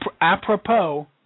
Apropos